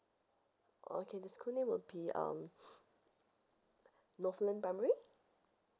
okay the school name will be um northland primary